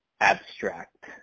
abstract